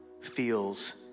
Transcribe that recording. feels